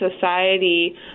society